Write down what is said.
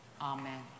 Amen